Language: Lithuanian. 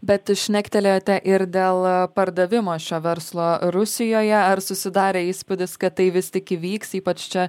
bet šnektelėjote ir dėl pardavimo šio verslo rusijoje ar susidarė įspūdis kad tai vis tik įvyks ypač čia